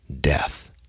death